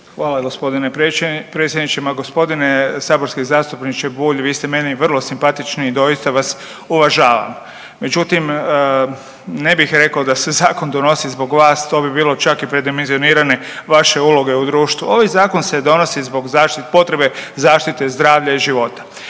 Hvala gospodine predsjedniče. Ma gospodine saborski zastupniče Bulj, vi ste meni vrlo simpatični i doista vas uvažavam. Međutim, ne bih rekao da se zakon donosi zbog vas to bi bilo čak i predimenzioniranje vaše uloge u društvu. Ovaj zakon se donosi zbog zaštite, potrebe zaštite zdravlja i života.